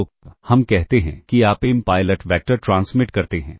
तो हम कहते हैं कि आप m पायलट वैक्टर ट्रांसमिट करते हैं